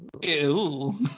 Ew